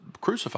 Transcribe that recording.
crucified